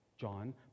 John